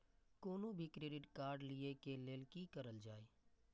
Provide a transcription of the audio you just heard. कोनो भी credit card लिए के लेल की करल जाय?